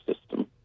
system